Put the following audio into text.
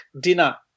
dinner